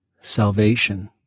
salvation